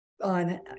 on